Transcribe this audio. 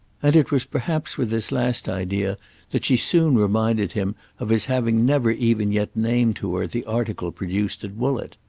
and it was perhaps with this last idea that she soon reminded him of his having never even yet named to her the article produced at woollett.